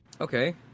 Okay